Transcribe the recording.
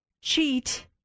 cheat